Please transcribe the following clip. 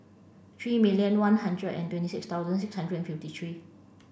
three million one hundred and twenty six thousand six hundred and fifty three